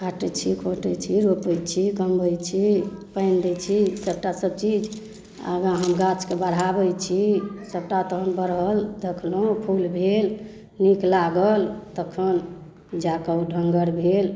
काटैत छी खोटैत छी रोपैत छी तमबैत छी पानि दै छी सबटा सब चीज आगाँ हम गाछके बढ़ाबैत छी सबटा तहन बढ़ल देखलहुँ फूल भेल नीक लागल तखन जाके ओ ढङ्गर भेल